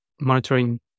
monitoring